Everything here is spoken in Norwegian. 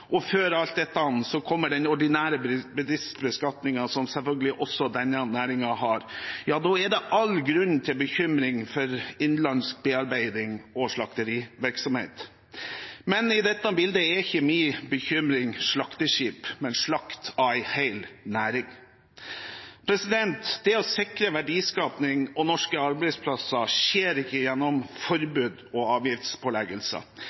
og før alt dette kommer den ordinære bedriftsbeskatningen, som selvfølgelig også denne næringen har – er det all grunn til bekymring for innenlands bearbeiding og slakterivirksomhet. Men i dette bildet er ikke min bekymring slakteskip, men slakt av en hel næring. Det å sikre verdiskaping og norske arbeidsplasser skjer ikke